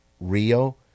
Rio